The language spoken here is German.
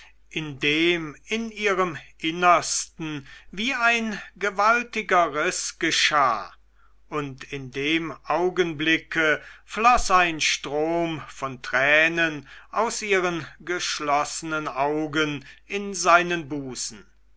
in ihrem innersten wie ein gewaltiger riß geschah und in dem augenblicke floß ein strom von tränen aus ihren geschlossenen augen in seinen busen